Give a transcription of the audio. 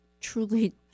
truly